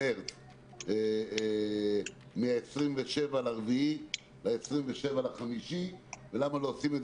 אז יש את המענקים שברור שצריך לעמוד בלוחות הזמנים ולעשות אותם.